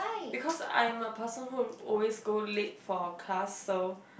because I'm a person who always go late for class so